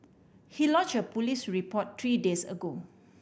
he lodge a police report three days ago